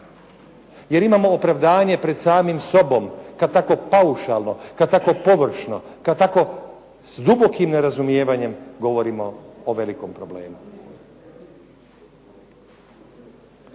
Jer imamo opravdanje pred samim sobom kad tako paušalno, kad tako površno, kad tako s dubokim nerazumijevanjem govorimo o velikom problemu.